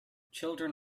children